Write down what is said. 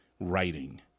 writing